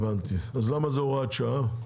אז למה זאת הוראת שעה?